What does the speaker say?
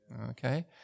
Okay